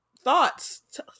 Thoughts